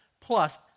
plus